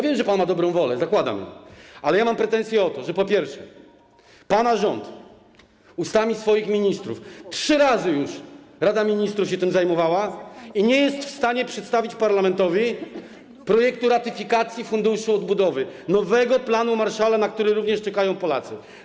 Wiem, że pan ma dobrą wolę, tak zakładam, ale mam pretensję o to, że po pierwsze, pana rząd ustami swoich ministrów, a trzy razy już Rada Ministrów się tym zajmowała, nie jest w stanie przedstawić parlamentowi projektu ratyfikacji Funduszu Odbudowy, nowego planu Marshalla, na który również czekają Polacy.